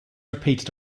repeated